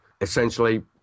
Essentially